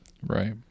right